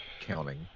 counting